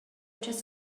just